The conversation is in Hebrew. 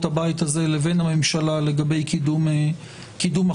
הבית הזה לבין הממשלה לגבי קידום החקיקה.